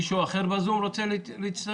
מישהו אחר בזום רוצה להצטרף?